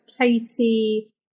Katie